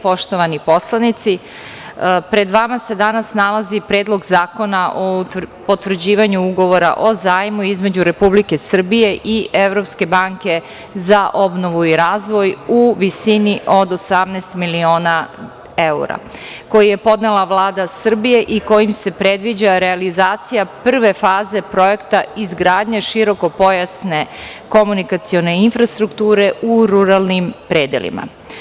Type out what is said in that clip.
Poštovani poslanici, pred vama se danas nalazi Predlog zakona o potvrđivanju Ugovora o zajmu između Republike Srbije i Evropske banke za obnovu i razvoj u visini od 18 miliona evra, koji je podnela Vlada Srbije i kojim se predviđa realizacija prve faze projekta izgradnje širokopojasne komunikacione infrastrukture u ruralnim predelima.